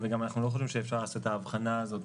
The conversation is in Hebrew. וגם אנחנו לא חושבים שאפשר לעשות את ההבחנה הזאת,